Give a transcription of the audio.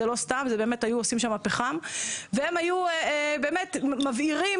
והם מבעירים